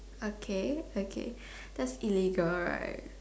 okay okay that's illegal right